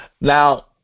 Now